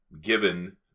given